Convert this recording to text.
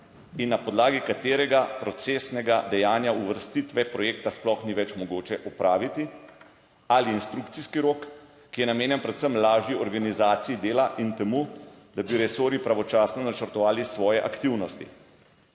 in na podlagi katerega procesnega dejanja uvrstitve projekta sploh ni več mogoče opraviti? Ali inštrukcijski rok, ki je namenjen predvsem lažji organizaciji dela in temu, da bi resorji pravočasno načrtovali svoje aktivnosti?